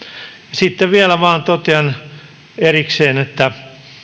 sitten vielä vaan totean erikseen että